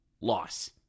loss